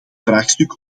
vraagstuk